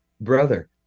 brother